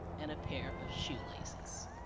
and a pair of shoelaces.